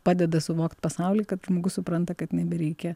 padeda suvokt pasaulį kad žmogus supranta kad nebereikia